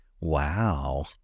Wow